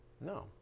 No